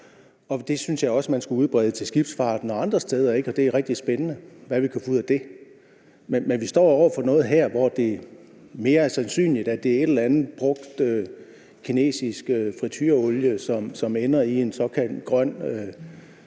Det synes jeg også man skulle udbrede til skibsfarten og andre steder, og det er rigtig spændende, hvad vi kan få ud af det. Men vi står over for noget her, hvor det er mere sandsynligt, at det er et eller andet brugt kinesisk fritureolie, som ender i en såkaldt grøn